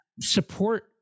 support